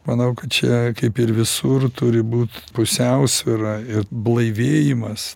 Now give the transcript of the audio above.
manau kad čia kaip ir visur turi būt pusiausvyra blaivėjimas